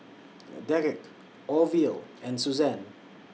Derick Orville and Susanne